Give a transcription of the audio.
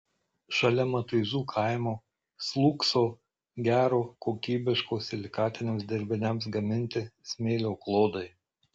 šalia matuizų kaimo slūgso gero kokybiško silikatiniams dirbiniams gaminti smėlio klodai